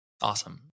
Awesome